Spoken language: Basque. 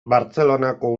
bartzelonako